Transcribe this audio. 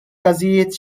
każijiet